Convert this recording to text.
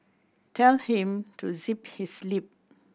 tell him to zip his lip